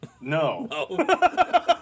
no